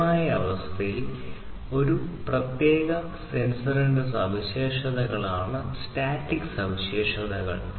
സ്ഥിരമായ അവസ്ഥയിൽ ഒരു പ്രത്യേക സെൻസറിന്റെ സവിശേഷതകളാണ് സ്റ്റാറ്റിക് സവിശേഷതകൾ